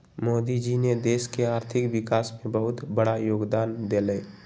मोदी जी ने देश के आर्थिक विकास में बहुत बड़ा योगदान देलय